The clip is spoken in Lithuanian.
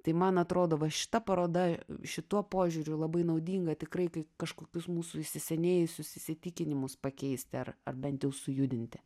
tai man atrodo va šita paroda šituo požiūriu labai naudinga tikrai kai kažkokius mūsų įsisenėjusius įsitikinimus pakeisti ar ar bent jau sujudinti